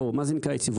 בוא, מה זה נקרא יציבות?